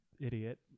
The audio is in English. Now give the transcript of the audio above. idiot